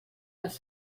les